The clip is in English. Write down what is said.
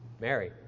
Mary